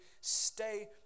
stay